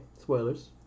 spoilers